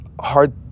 hard